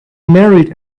married